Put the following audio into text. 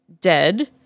dead